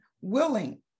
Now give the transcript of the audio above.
willing